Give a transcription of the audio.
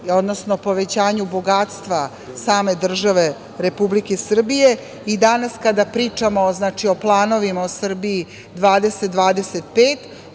odnosno povećanju bogatstva same države Republike Srbije. Danas kada pričamo o planovima o „Srbiji 2025“,